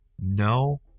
no